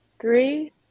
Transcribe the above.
Three